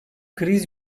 kriz